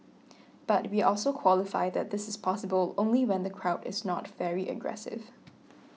but we also qualify that this is possible only when the crowd is not very aggressive